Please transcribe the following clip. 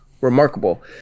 remarkable